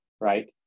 Right